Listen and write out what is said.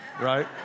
right